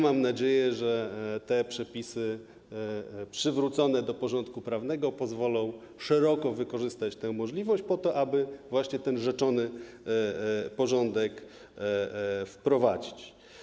Mam nadzieję, że te przepisy przywrócone do porządku prawnego pozwolą szeroko wykorzystać tę możliwość po to, aby ten rzeczony porządek wprowadzić.